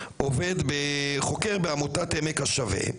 חוקר בעמותת "עמק השווה",